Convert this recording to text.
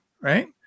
right